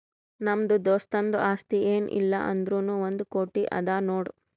ನಮ್ದು ದೋಸ್ತುಂದು ಆಸ್ತಿ ಏನ್ ಇಲ್ಲ ಅಂದುರ್ನೂ ಒಂದ್ ಕೋಟಿ ಅದಾ ನೋಡ್